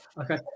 okay